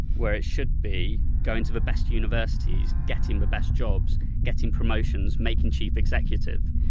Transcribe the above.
where it should be going to the best universities, getting the best jobs, getting promotions, making chief executive,